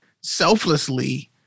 selflessly